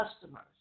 customers